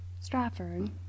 Stratford